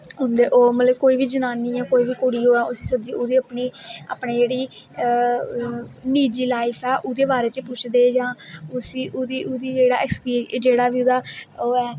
ओह् मतलव कोई बी जनानी ऐं कोई बी कुड़ी होऐ ओह्दी अपनी जेह्ड़ी निजी लाईफ ऐ ओह्दे बारे च पुछदे जां उसी जेह्ड़ा बी ओह्दा ऐ